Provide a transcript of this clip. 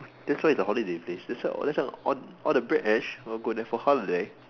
that's why it's a holiday place that's why that's why all all the British will go here for a holiday